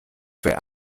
für